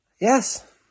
yes